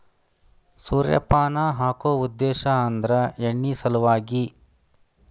ಸೂರ್ಯಪಾನ ಹಾಕು ಉದ್ದೇಶ ಅಂದ್ರ ಎಣ್ಣಿ ಸಲವಾಗಿ